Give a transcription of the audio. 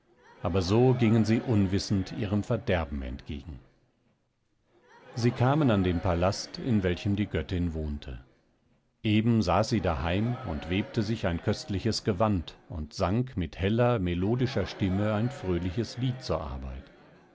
aber so gingen sie unwissend ihrem verderben entgegen sie kamen an den palast in welchem die göttin wohnte eben saß sie daheim und webte sich ein köstliches gewand und sang mit heller melodischer stimme ein fröhliches lied zur arbeit